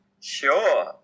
Sure